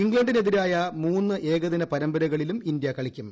ഇംഗ്ലണ്ടിനെതിരായ മൂന്ന് ഏകദിന പരമ്പരകളിലും ഇന്ത്യ കളിക്കും